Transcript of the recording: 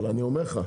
אבל אני אומר לך: